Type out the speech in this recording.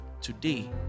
today